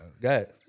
Got